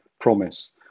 promise